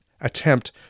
attempt